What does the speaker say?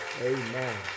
Amen